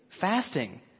Fasting